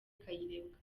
kayirebwa